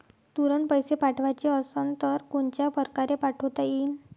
तुरंत पैसे पाठवाचे असन तर कोनच्या परकारे पाठोता येईन?